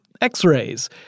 X-rays